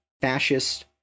fascist